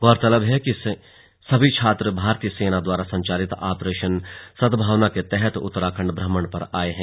गौरतलब है कि ये सभी छात्र भारतीय सेना द्वारा संचालित आपरेशन सद्भावना के तहत उत्तराखण्ड भ्रमण पर आये हैं